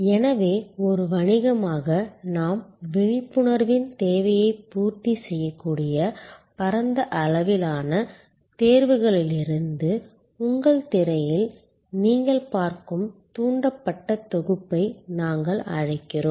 எனவே ஒரு வணிகமாக நாம் விழிப்புணர்வின் தேவையைப் பூர்த்தி செய்யக்கூடிய பரந்த அளவிலான தேர்வுகளிலிருந்து உங்கள் திரையில் நீங்கள் பார்க்கும் தூண்டப்பட்ட தொகுப்பை நாங்கள் அழைக்கிறோம்